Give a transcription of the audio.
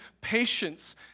patience